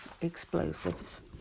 explosives